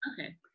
Okay